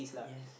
yes